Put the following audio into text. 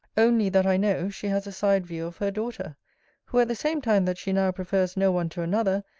only, that i know, she has a side-view of her daughter who, at the same time that she now prefers no one to another,